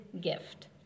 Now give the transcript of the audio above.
gift